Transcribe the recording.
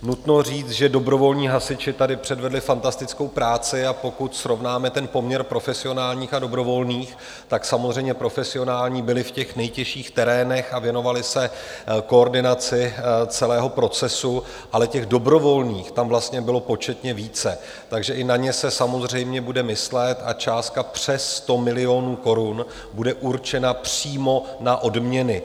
Nutno říct, že dobrovolní hasiči tady předvedli fantastickou práci, a pokud srovnáme poměr profesionálních a dobrovolných, samozřejmě profesionální byli v těch nejtěžších terénech a věnovali se koordinaci celého procesu, ale těch dobrovolných tam vlastně bylo početně více, takže i na ně se samozřejmě bude myslet a částka přes 100 milionů korun bude určena přímo na odměny.